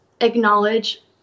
acknowledge